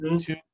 two